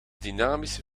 dynamische